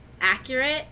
accurate